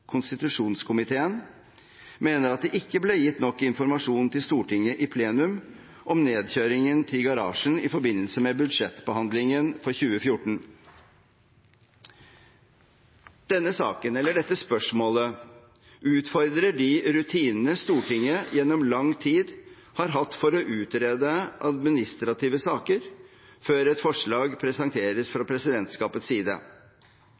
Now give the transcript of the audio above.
konstitusjonskomiteen mener at det ikke ble gitt nok informasjon til Stortinget i plenum om nedkjøringen til garasjen i forbindelse med budsjettbehandlingen for 2014. Dette spørsmålet utfordrer de rutinene Stortinget gjennom lang tid har hatt for å utrede administrative saker før et forslag presenteres fra presidentskapets side.